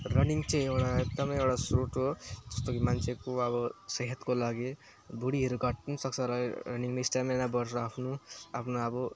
running चाहिँ एउटा एकदमै एउटा स्रोत हो जस्तो कि अब मान्छेको सेहतको लागि भुँडीहरू घट्नुसक्छ र यो रनिङले स्टामिना बढ्छ आफ्नो आफ्नो अब